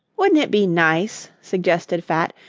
wouldn't it be nice, suggested fat,